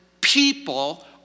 people